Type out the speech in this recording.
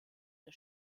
der